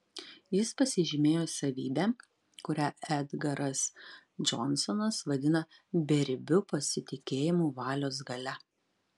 jis pasižymėjo savybe kurią edgaras džonsonas vadina beribiu pasitikėjimu valios galia